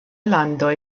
landoj